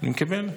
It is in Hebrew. אני מקבל.